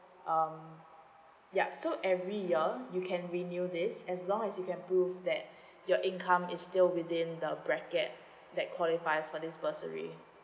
um yup so every year you can renew this as long as you can prove that your income is still within the bracket that qualifies for this bursary